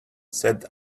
said